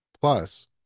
Plus